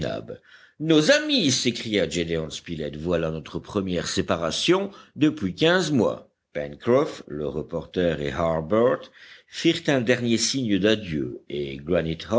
nos amis s'écria gédéon spilett voilà notre première séparation depuis quinze mois pencroff le reporter et harbert firent un dernier signe d'adieu et